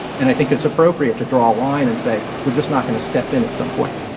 and i think it's appropriate to draw a line and say were just not going to step in at some point.